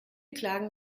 klagen